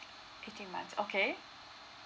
eighteen months okay